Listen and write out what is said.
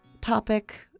topic